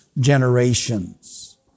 generations